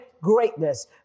greatness